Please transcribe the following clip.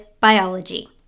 biology